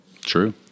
True